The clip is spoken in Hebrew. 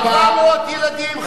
400 ילדים,